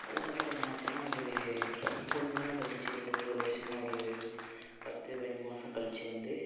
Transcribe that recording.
அதுக்கப்புறம் என்னாச்சுன்னா ஒரு கொஞ்சம் நாள் கழிச்சி ஒரு ஒரு வருடம் ஒரு பத்து பயஞ்சு மாதம் கழிச்சி வந்து